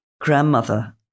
grandmother